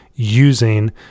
using